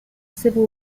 civil